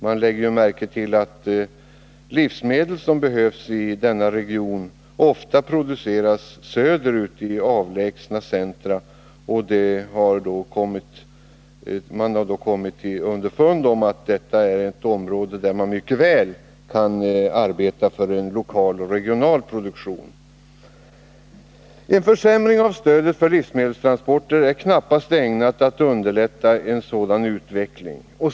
Man har lagt märke till att livsmedel som behövs i denna region ofta produceras söderut i avlägsna centra. Och man har då kommit underfund om att man i området mycket väl kan arbeta för en lokal och regional produktion. En försämring av stödet för livsmedelstransporter är knappast ägnad att underlätta en sådan utveckling.